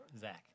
Zach